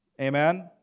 Amen